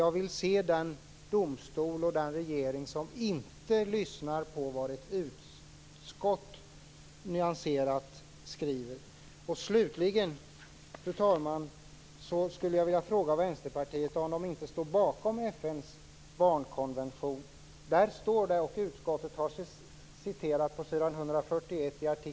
Jag vill se den domstol och den regering som inte lyssnar på vad ett utskott nyanserat säger. Fru talman! Slutligen skulle jag vilja fråga Vänsterpartiet om de inte står bakom FN:s barnkonvention. På s. 141 har utskottet citerat vad som står i artikel 18.